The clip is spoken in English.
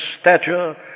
stature